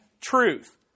truth